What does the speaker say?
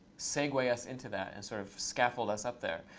segue us into that and sort of scaffold us up there.